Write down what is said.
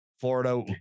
Florida